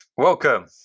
Welcome